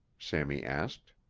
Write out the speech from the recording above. sammy asked.